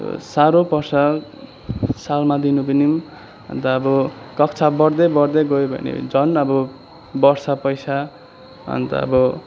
साह्रो पर्छ सालमा दिनु पनि अन्त अब कक्षा बढ्दै बढ्दै गयो भने झन् अब बढ्छ पैसा अन्त अब